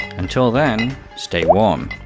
until then, stay warm!